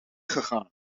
gegaan